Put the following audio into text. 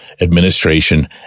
administration